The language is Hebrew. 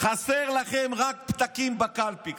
חסרים לכם רק פתקים בקלפי,